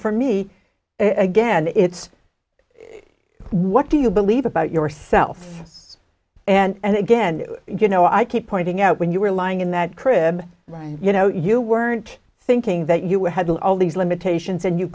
for me again it's what do you believe about yourself yes and again you know i keep pointing out when you were lying in that crib right and you know you weren't thinking that you had all these limitations and you